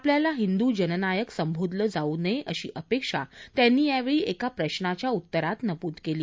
आपल्याला ंहिंदू जननायक संबोधलं जाऊ नये अशी अपेक्षा त्यांनी यावेळी एका प्रश्नाच्या उत्तरात नमुद केली